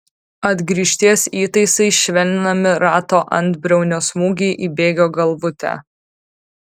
atgrįžties įtaisais švelninami rato antbriaunio smūgiai į bėgio galvutę